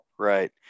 Right